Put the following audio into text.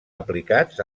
aplicats